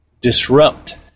disrupt